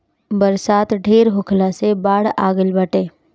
बरसात ढेर होखला से बाढ़ आ गइल बाटे